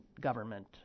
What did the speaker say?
government